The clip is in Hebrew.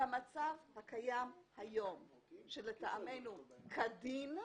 במצב הקיים היום שלטעמנו כדין,